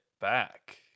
back